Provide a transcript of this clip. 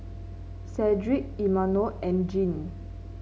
Cedric Imanol and Jean